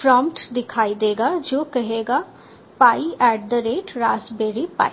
prompt दिखाई देगा जो कहेगा pi at the rate raspberry pi